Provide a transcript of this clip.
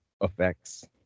effects